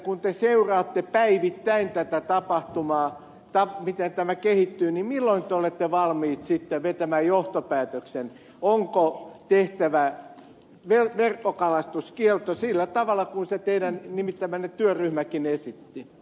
kun te seuraatte päivittäin tätä tapahtumaa miten tämä kehittyy niin milloin te olette valmiit sitten vetämään johtopäätöksen siitä onko tehtävä verkkokalastuskielto sillä tavalla kuin se teidän nimittämänne työryhmäkin esitti